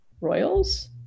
royals